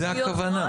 זו הכוונה.